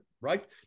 right